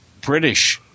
British